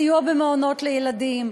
סיוע במעונות לילדים,